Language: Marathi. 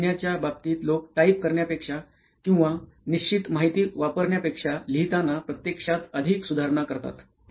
म्हणून लिहिण्याच्या बाबतीत लोक टाईप करण्यापेक्षा किंवा निश्चित माहिती वापरण्यापेक्षा लिहिताना प्रत्यक्षात अधिक सुधारणा करतात